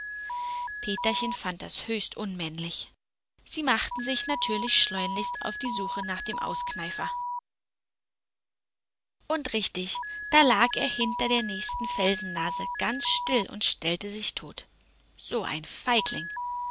peterchen fand das höchst unmännlich sie machten sich natürlich schleunigst auf die suche nach dem auskneifer und richtig da lag er hinter der nächsten felsennase ganz still und stellte sich tot so ein feigling